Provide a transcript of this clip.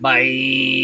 Bye